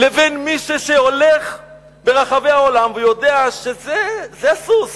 לבין מי שהולך ברחבי העולם ויודע שזה הסוס,